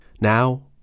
Now